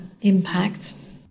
impact